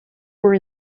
were